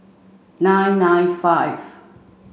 nine nine five